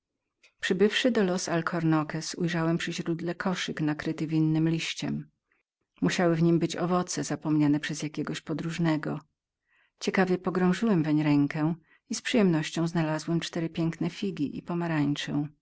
przybywszy do alcornoques ujrzałem przy źródle koszyk nakryty winnym liściem musiały w nim być owoce zapomniane przez jakiego podróżnego ciekawie pogrążyłem weń rękę i z przyjemnością znalazłem cztery piękne figi i pomarańczę